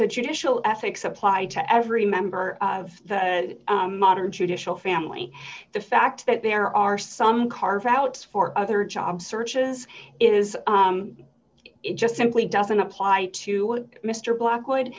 the judicial ethics apply to every member of the modern judicial family the fact that there are some carve outs for other job searches is it just simply doesn't apply to mr blackwo